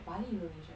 bali indonesia